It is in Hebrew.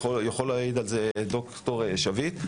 ויכול להעיד על זה ד"ר שביט,